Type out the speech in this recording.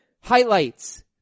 highlights